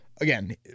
again